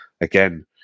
again